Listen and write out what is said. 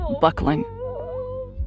buckling